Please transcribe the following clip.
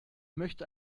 möchte